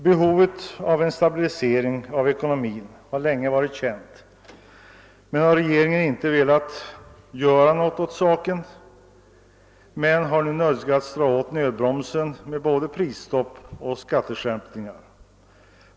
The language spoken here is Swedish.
Behovet av en stabilisering av ekonomin har länge varit känt, men regeringen har inte velat göra något åt saken. Nu har den emellertid nödgats dra åt nödbromsen med både prisstopp och skatteskärpningar.